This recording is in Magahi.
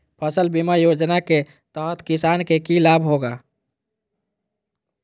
फसल बीमा योजना के तहत किसान के की लाभ होगा?